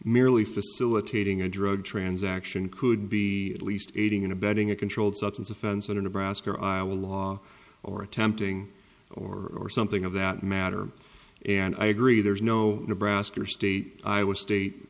merely facilitating a drug transaction could be at least aiding and abetting a controlled substance offense under nebraska or iowa law or attempting or something of that matter and i agree there is no nebraska or state i would state